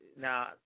Now